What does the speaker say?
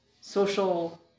social